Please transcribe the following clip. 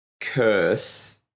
curse